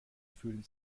fühlen